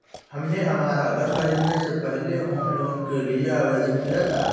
हमने हमारा घर खरीदने से पहले होम लोन के लिए आवेदन किया था